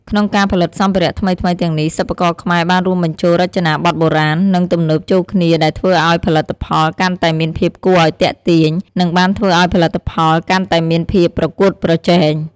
ក្នុងការផលិតសម្ភារៈថ្មីៗទាំងនេះ សិប្បករខ្មែរបានរួមបញ្ចូលរចនាបថបុរាណ និងទំនើបចូលគ្នាដែលធ្វើឲ្យផលិតផលកាន់តែមានភាពគួរឲ្យទាក់ទាញ និងបានធ្វើឱ្យផលិតផលកាន់តែមានភាពប្រកួតប្រជែង។។